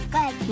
Good